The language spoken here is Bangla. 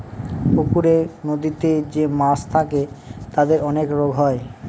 পুকুরে, নদীতে যে মাছ থাকে তাদের অনেক রোগ হয়